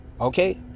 okay